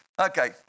Okay